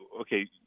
okay